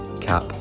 cap